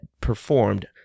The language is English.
performed